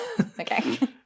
Okay